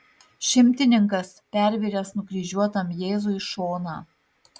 šimtininkas pervėręs nukryžiuotam jėzui šoną